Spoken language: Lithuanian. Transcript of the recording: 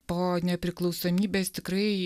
po nepriklausomybės tikrai